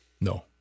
No